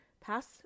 pass